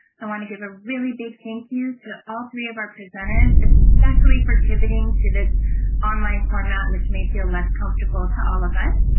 i want to give a really big thank you to all three of our presenters, especially for pivoting to this online format, which may feel less comfortable to all of us.